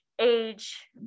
age